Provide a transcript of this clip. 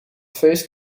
feest